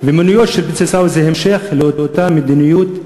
ומינויו של בנצי סאו זה המשך לאותה מדיניות,